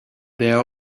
there